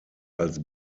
als